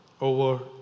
over